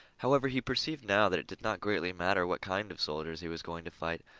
however, he perceived now that it did not greatly matter what kind of soldiers he was going to fight,